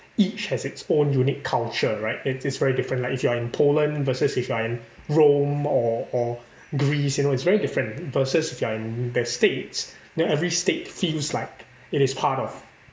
each has its own unique culture right it's it's very different like if you are in Poland versus if you're in Rome or or Greece you know it's very different versus if you are in there states then every state feels like it is part of